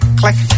click